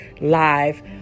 live